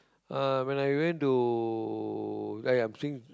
ah when I went to like I'm saying